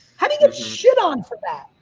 how do you get shit on for that?